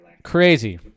Crazy